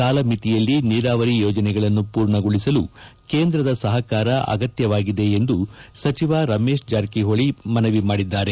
ಕಾಲಮಿತಿಯಲ್ಲಿ ನೀರಾವರಿ ಯೋಜನೆಗಳನ್ನು ಪೂರ್ಣಗೊಳಿಸಲು ಕೇಂದ್ರದ ಸಹಕಾರ ಅಗತ್ಯವಾಗಿದೆ ಎಂದು ಸಚಿವ ರಮೇಶ್ ಜಾರಕಿ ಹೊಳಿ ಮನವಿ ಮಾಡಿದ್ದಾರೆ